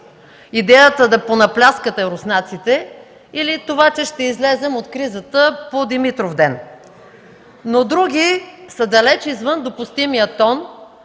идеята да понапляскате руснаците или това, че ще излезем от кризата по Димитровден. Други обаче са далеч извън допустимия тон